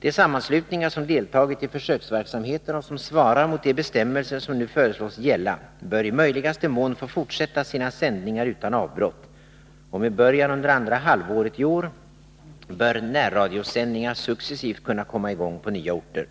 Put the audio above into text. De sammanslutningar som deltagit i försöksverksamheten och som svarar mot de bestämmelser som nu föreslås gälla bör i möjligaste mån få fortsätta sina sändningar utan avbrott, och med början under andra halvåret i år bör närradiosändningar successivt kunna komma i gång på nya orter.